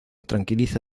tranquiliza